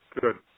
Good